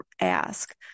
ask